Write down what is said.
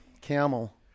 Camel